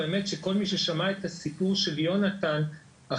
האמת שכל מי ששמע את הסיפור של יונתן עכשיו,